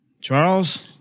Charles